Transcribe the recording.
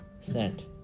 sent